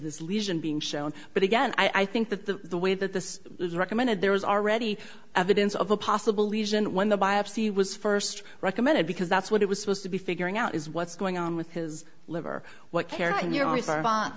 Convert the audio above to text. this lesion being shown but again i think that the way that this was recommended there was already evidence of a possible lesion when the biopsy was first recommended because that's what it was supposed to be figuring out is what's going on with his liver what caroline you're always